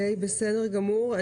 בסדר גמור.